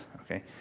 okay